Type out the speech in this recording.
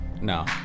No